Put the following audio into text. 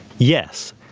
yes,